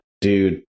dude